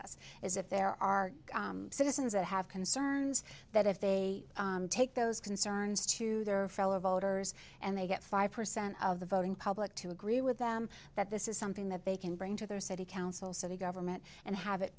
us as if there are citizens that have concerns that if they take those concerns to their fellow voters and they get five percent of the voting public to agree with them that this is something that they can bring to their city council city government and have it